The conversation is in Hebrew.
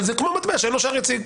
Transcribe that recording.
אבל זה כמו מטבע שאין לו שער יציג.